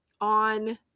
on